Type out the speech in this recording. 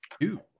two